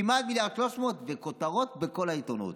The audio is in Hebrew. כמעט 1.3 מיליארד, וכותרות בכל העיתונות.